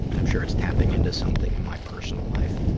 i'm sure it's tapping into something in my personal life.